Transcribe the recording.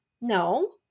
no